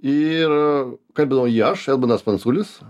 ir kalbinau jį aš edmundas pranculis